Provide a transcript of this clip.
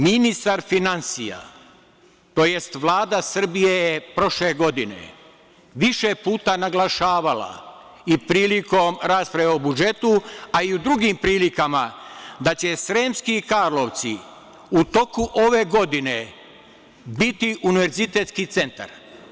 Ministar finansija, tj. Vlada Srbije je prošle godine više puta naglašavala i prilikom rasprave o budžetu, a i u drugim prilikama, da će Sremski Karlovci u toku ove godine biti univerzitetski centar.